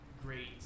great